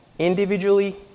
Individually